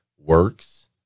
works